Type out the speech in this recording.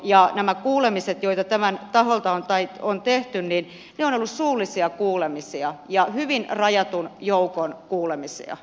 ja nämä kuulemiset joita on tehty ovat olleet suullisia kuulemisia ja hyvin rajatun joukon kuulemisia